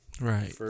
Right